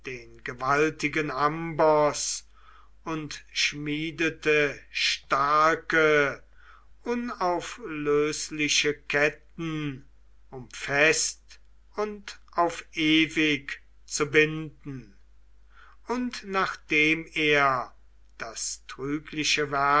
den gewaltigen amboß und schmiedete starke unauflösliche ketten um fest und auf ewig zu binden und nachdem er das trügliche